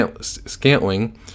scantling